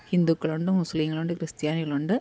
ഹിന്ദുക്കളുണ്ട് മുസ്ലീങ്ങളുണ്ട് ക്രിസ്ത്യാനികളുണ്ട്